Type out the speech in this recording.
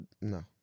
No